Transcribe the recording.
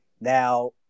Now